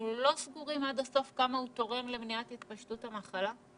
לא סגורים עד הסוף כמה הוא תורם למניעת התפשטות המחלה?